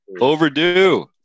Overdue